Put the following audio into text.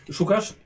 Szukasz